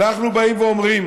אנחנו באים ואומרים